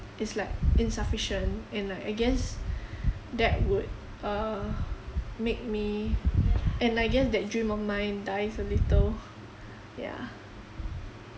is like insufficient and like I guess that would uh make me and I guess that dream of mine dies a little yeah